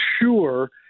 sure